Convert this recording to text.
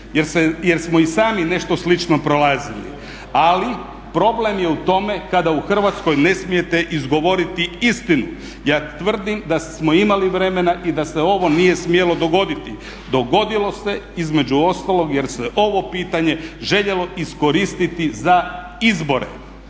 jer smo i sami nešto slično prolazili. Ali problem je u tome kada u Hrvatskoj ne smijete izgovoriti istinu. Ja tvrdim da smo imali vremena i da se ovo nije smjelo dogoditi. Dogodilo se između ostalog jer se ovo pitanje željelo iskoristiti za izbore.